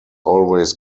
always